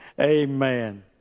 Amen